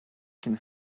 can